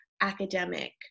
academic